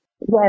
Yes